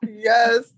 Yes